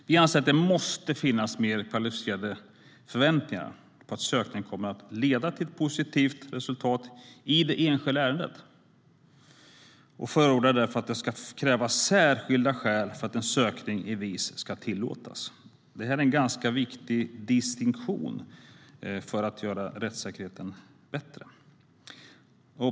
Vi anser att det måste finnas mer kvalificerade förväntningar på att sökning kommer att leda till ett positivt resultat i det enskilda ärendet och förordar därför att det ska krävas särskilda skäl för att en sökning i VIS ska tillåtas. Det är en ganska viktig distinktion för att göra rättssäkerheten bättre.